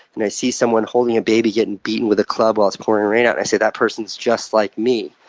and i see someone holding a baby, getting beaten with a club while it's pouring rain out, and i say, that person's just like me.